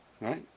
right